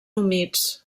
humits